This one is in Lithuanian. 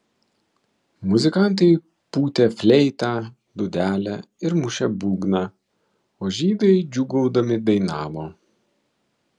muzikantai pūtė fleitą dūdelę ir mušė būgną o žydai džiūgaudami dainavo